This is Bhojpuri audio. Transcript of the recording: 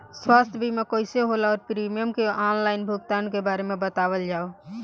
स्वास्थ्य बीमा कइसे होला और प्रीमियम के आनलाइन भुगतान के बारे में बतावल जाव?